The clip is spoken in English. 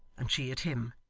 and she at him.